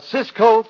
Cisco